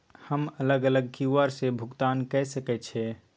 हम अलग अलग क्यू.आर से भुगतान कय सके छि?